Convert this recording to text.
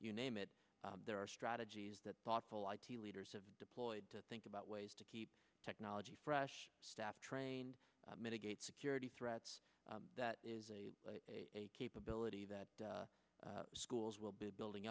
you name it there are strategies that thoughtful i t leaders have deployed to think about ways to keep technology fresh staff trained mitigate security threats that is a capability that schools will be building